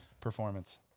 performance